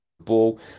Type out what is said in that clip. ball